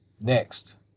Next